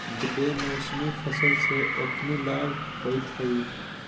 बेमौसमी फसल से ओखनी लाभ होइत हइ